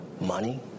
money